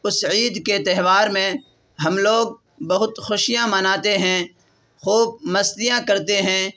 اس عید کے تہوار میں ہم لوگ بہت خوشیاں مناتے ہیں خوب مستیاں کرتے ہیں